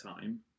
time